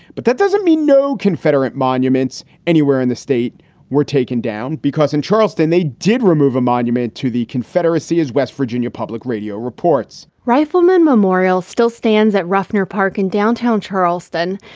but that doesn't mean no confederate monuments anywhere in the state were taken down because in charleston, they did remove a monument to the confederacy as west virginia public radio reports, riflemen memorial still stands at ruffner park in downtown charleston.